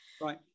right